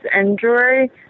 injury